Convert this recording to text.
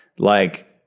like,